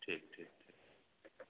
ठीक ठीक ठीक